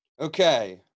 Okay